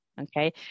Okay